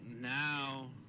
now